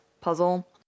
puzzle